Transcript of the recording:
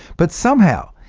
but somehow,